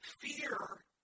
fear